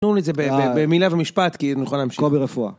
תנו לי את זה במילה ובמשפט, כי אני יכול להמשיך. קובי רפואה.